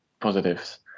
positives